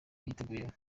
yiteguye